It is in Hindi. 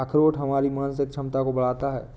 अखरोट हमारी मानसिक क्षमता को बढ़ाता है